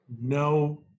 no